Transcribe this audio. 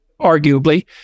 arguably